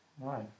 Right